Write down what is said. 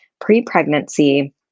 pre-pregnancy